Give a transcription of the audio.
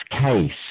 case